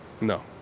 No